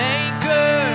anchor